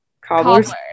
cobbler's